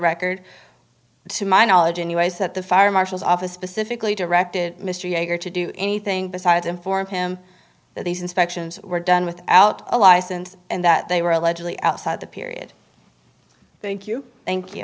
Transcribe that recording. record to my knowledge anyways that the fire marshal's office specifically directed mr yeager to do anything besides inform him that these inspections were done without a license and that they were allegedly outside the period thank you thank you